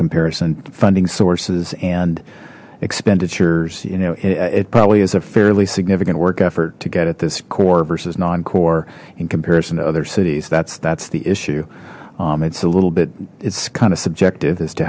comparison funding sources and expenditures you know it probably is a fairly significant work effort to get at this core versus non core in comparison to other cities that's that's the issue it's a little bit it's kind of subjective as to